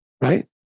right